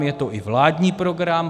Je to i vládní program.